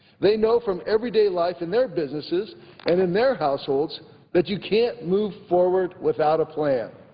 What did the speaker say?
they know from everyday life in their businesses and in their households that you can't move forward without a plan.